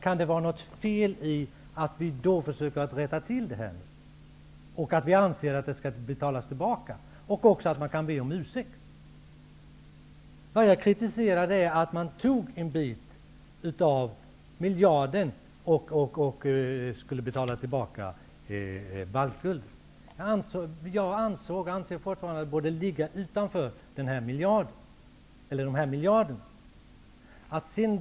Kan det vara något fel i att vi anser att baltguldet skall betalas tillbaka liksom också att man skall be om ursäkt? Vad jag kritiserar är att man tog en bit av biståndsmiljarden för att betala tillbaka baltguldet. Jag ansåg och anser fortfarande att detta borde ligga utanför de 3 miljarderna.